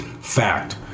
Fact